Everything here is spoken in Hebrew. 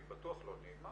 היא בטוח לא נעימה,